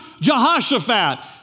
Jehoshaphat